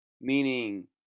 meaning